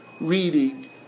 reading